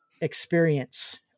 experience